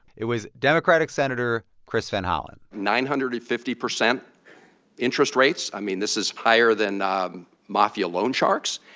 it was democratic senator chris van hollen nine-hundred and fifty percent interest rates. i mean, this is higher than um mafia loan sharks.